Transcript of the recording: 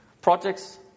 projects